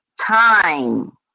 time